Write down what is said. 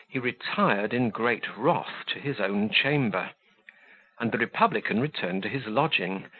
he retired in great wrath to his own chamber and the republican returned to his lodging,